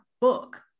book